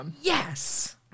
Yes